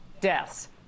deaths